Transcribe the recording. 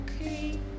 okay